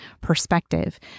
perspective